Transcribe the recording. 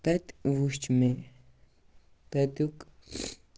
تَتہِ وُچھ مےٚ تَتیُک